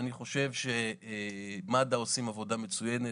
אני אומר שאני חושב שמד"א עושים עבודה מצוינת